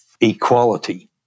equality